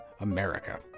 America